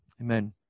Amen